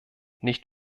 nicht